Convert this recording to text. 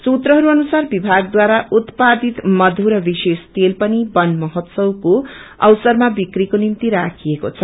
सूत्रहरू अनुसार विभागद्वारा उत्पादित मधु र विशेष तेल पनि वन महोत्सवको अवसरमा विश्रीको निम्ति राखिएको छ